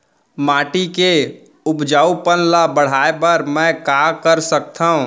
माटी के उपजाऊपन ल बढ़ाय बर मैं का कर सकथव?